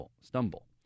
stumble